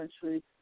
country